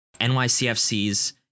NYCFC's